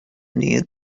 near